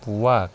وَق